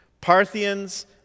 Parthians